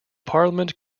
parliament